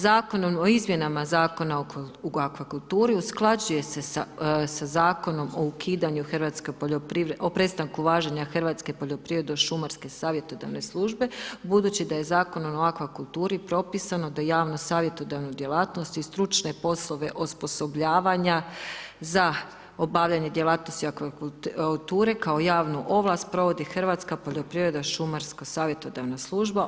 Zakonom o izmjenama Zakona o akvakulturi usklađuje se sa Zakonom o ukidanju Hrvatske poljoprivredne, o prestanku važenja Hrvatske poljoprivredno-šumarske savjetodavne službe budući da je Zakonom o akvakulturi propisano da javnu savjetodavnu djelatnost i stručne poslove osposobljavanja za obavljanje djelatnosti akvakulture kao javnu ovlast provodi Hrvatska poljoprivredna šumarska savjetodavna služba.